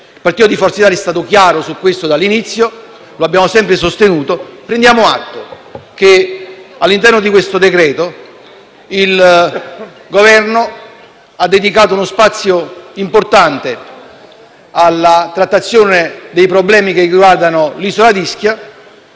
Il Gruppo Forza Italia è stato chiaro sul punto fin dall’inizio; lo abbiamo sempre sostenuto e prendiamo atto che all’interno del decreto-legge il Governo ha dedicato uno spazio importante alla trattazione dei problemi che riguardano l’isola di Ischia.